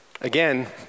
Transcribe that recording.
Again